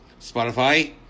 Spotify